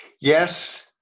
Yes